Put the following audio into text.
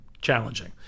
challenging